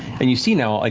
and you see now, ah